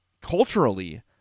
culturally